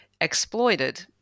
exploited